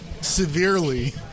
severely